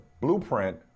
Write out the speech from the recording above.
blueprint